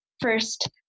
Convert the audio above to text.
first